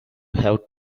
have